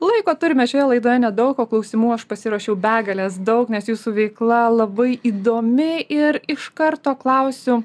laiko turime šioje laidoje nedaug o klausimų aš pasiruošiau begales daug nes jūsų veikla labai įdomi ir iš karto klausiu